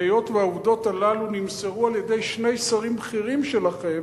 והיות שהעובדות הללו נמסרו על-ידי שני שרים בכירים שלכם,